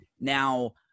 Now